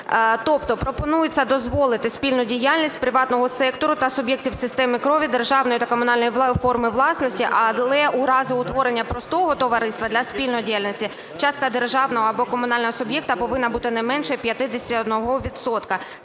Тобто пропонується дозволити спільну діяльність приватного сектору та суб'єктів системи крові державної та комунальної форми власності. Але у разі утворення простого товариства для спільно діяльності, частка державного або комунального суб'єкта повинна бути е менше 51